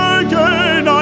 again